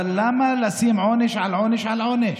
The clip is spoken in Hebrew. אבל למה לשים עונש על עונש על עונש?